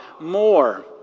more